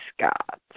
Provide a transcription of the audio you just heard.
Scott